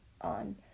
on